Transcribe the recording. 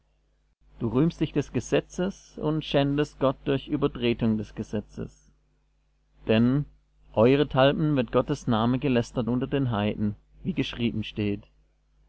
du rühmst dich des gesetzes und schändest gott durch übertretung des gesetzes denn eurethalben wird gottes name gelästert unter den heiden wie geschrieben steht